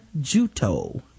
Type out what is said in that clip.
Juto